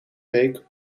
week